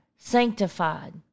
Sanctified